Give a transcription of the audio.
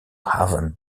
haven